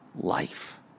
life